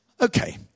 Okay